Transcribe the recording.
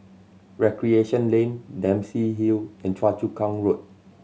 Recreation Lane Dempsey Hill and Choa Chu Kang Road